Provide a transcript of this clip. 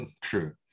True